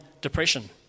depression